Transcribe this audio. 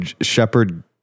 Shepard